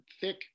thick